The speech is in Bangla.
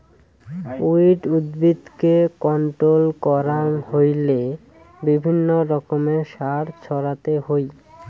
উইড উদ্ভিদকে কন্ট্রোল করাং হইলে বিভিন্ন রকমের সার ছড়াতে হই